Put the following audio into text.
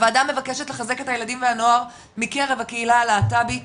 וועדה מקשת לחזק את הילדים והנוער מקרב הקהילה הלהט"בית,